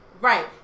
Right